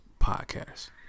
Podcast